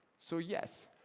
so, yes,